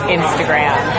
Instagram